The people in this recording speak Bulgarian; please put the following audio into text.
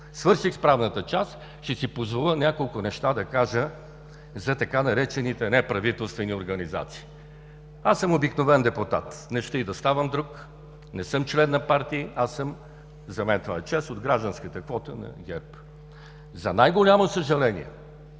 Свърших с правната част. Ще си позволя да кажа няколко неща за така наречените „неправителствени организации“. Аз съм обикновен депутат, не ща и да ставам друг, не съм член на партии. Аз съм – за мен това е чест – от гражданската квота на ГЕРБ. За най-голямо съжаление